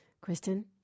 Kristen